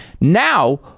now